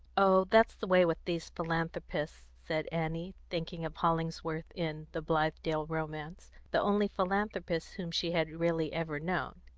oh, that's the way with these philanthropists, said annie, thinking of hollingsworth, in the blithedale romance, the only philanthropist whom she had really ever known,